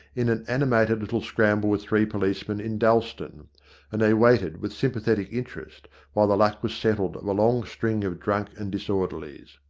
in an animated little scramble with three policemen in dalston and they waited with sympathetic interest while the luck was settled of a long string of drunk-and-disorderlies.